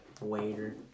waiter